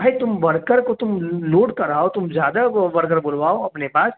بھائی تم ورکر کو تم لوڈ کراؤ تم زیادہ ورکر بلواؤ اپنے پاس